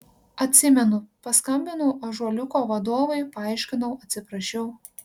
atsimenu paskambinau ąžuoliuko vadovui paaiškinau atsiprašiau